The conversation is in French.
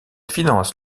finance